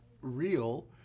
real